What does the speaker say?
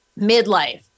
midlife